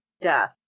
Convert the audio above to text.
death